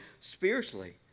spiritually